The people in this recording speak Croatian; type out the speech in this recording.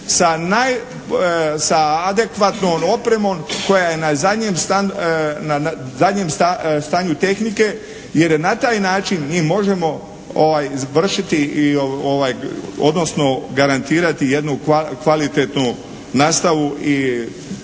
sa adekvatnom opremom koja je na zadnjem stanju tehnike jer na taj način mi možemo izvršiti, odnosno garantirati jednu kvalitetnu nastavu i